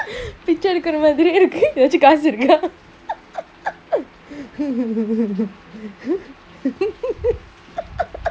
botanic garden where did you get to you know do you guys think